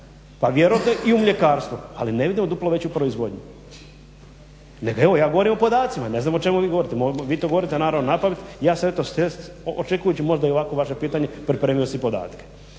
Pa vjerojatno i u mljekarstvu, ali ne vidimo duplo veću proizvodnju. Nego evo ja govorim o podacima, ne znam o čemu vi govorite, vi to govorite naravno napamet, ja se eto s te strane, očekujući možda i ovakvo vaše pitanje, pripremio si podatke.